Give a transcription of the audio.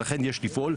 ולכן יש לפעול,